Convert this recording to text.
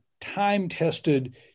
time-tested